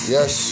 Yes